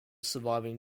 surviving